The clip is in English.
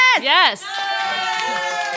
Yes